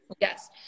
Yes